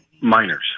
minors